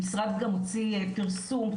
המשרד גם הוציא פרסום,